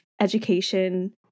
education